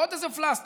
עוד איזה פלסטר,